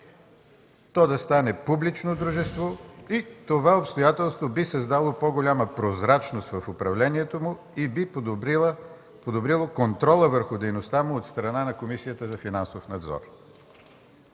то да стане публично дружество и това обстоятелство би създало по-голяма прозрачност в управлението му и би подобрило контрола върху дейността му от страна на Комисията за финансов надзор.